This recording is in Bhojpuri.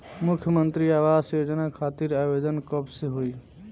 मुख्यमंत्री आवास योजना खातिर आवेदन कब से होई?